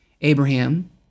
Abraham